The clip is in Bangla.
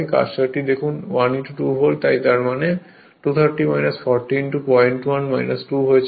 কার্সারটি দেখুন 1 2 ভোল্ট তাই তার মানে 230 40 01 2 হয়েছে